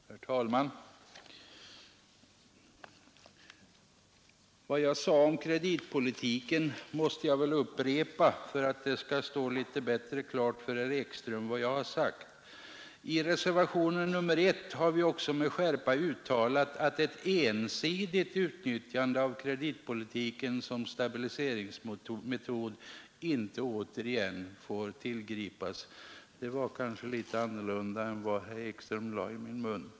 Herr talman! Vad jag sade om kreditpolitiken måste jag tydligen upprepa för att det skall stå klart för herr Ekström: ”I reservationen 1 har vi också med skärpa uttalat att ett ensidigt utnyttjande av kreditpolitiken som stabiliseringsmetod inte återigen får tillgripas.” Detta var kanske något annat än vad herr Ekström lade i min mun.